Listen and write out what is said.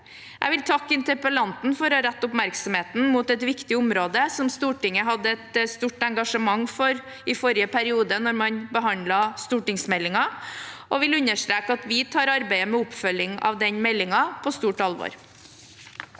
Jeg vil takke interpellanten for å rette oppmerksomheten mot et viktig område som Stortinget hadde et stort engasjement for i forrige periode, da man behandlet stortingsmeldingen, og jeg vil understreke at vi tar arbeidet med oppfølgingen av stortingsmeldingen på stort alvor.